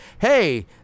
Hey